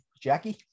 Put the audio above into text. Jackie